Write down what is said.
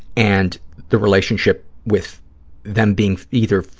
and the relationship with them being either